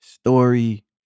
story